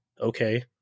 okay